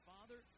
Father